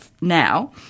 now